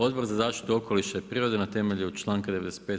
Odbor za zaštitu okoliša i prirode na temelju članka 95.